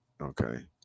Okay